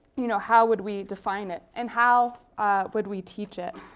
you know how would we define it? and how would we teach it?